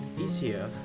easier